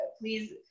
Please